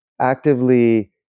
actively